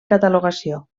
catalogació